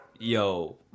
yo